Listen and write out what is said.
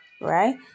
right